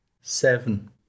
Seven